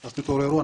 אז תתעוררו,